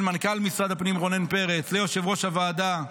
חדשות לבקרים בין מנכ"ל משרד הפנים רונן פרץ ליושב-ראש הוועדה,